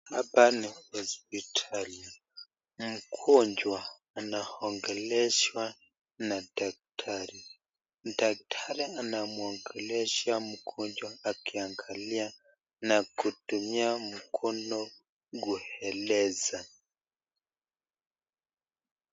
Hapa ni hospitali mgonjwa anaongeleshwa na daktari. Daktari anamwongelesha mgonjwa akiangalia na kutumia mkono kueleze.